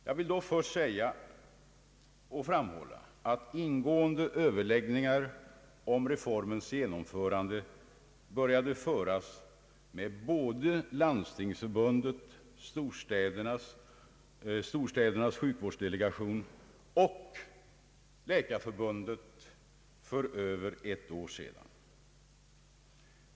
Jag vill då först framhålla att ingående överläggningar om reformens genomförande togs upp med både Svenska landstingsförbundet, Storstädernas sjukvårdsdelegation och Sveriges Läkarförbund för över ett år sedan.